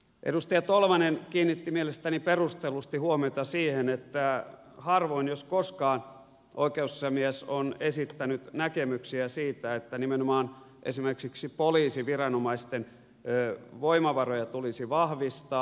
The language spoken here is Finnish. edustaja tolvanen kiinnitti mielestäni perustellusti huomiota siihen että harvoin jos koskaan oikeusasiamies on esittänyt näkemyksiä siitä että nimenomaan esimerkiksi poliisiviranomaisten voimavaroja tulisi vahvistaa